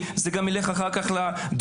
זה גם אחר כך יילך לנטל כלכלי,